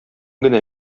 генә